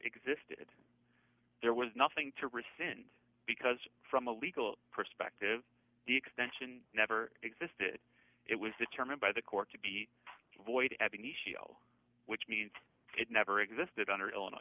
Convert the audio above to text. existed there was nothing to rescind because from a legal perspective the extension never existed it was determined by the court to be void any show which means it never existed under illinois